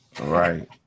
Right